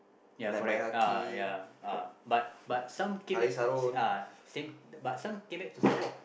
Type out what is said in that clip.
ya correct uh ya uh but but some came back to uh same but some came back to Singapore